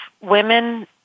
women